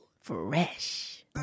Fresh